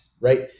right